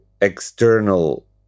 external